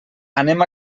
anem